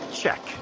check